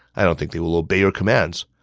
i don't think they will obey your commands.